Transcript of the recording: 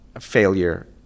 failure